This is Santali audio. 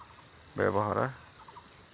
ᱵᱮᱵᱚᱦᱟᱨᱟ